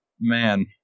Man